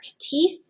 teeth